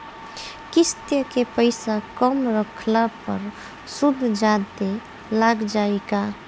किश्त के पैसा कम रखला पर सूद जादे लाग जायी का?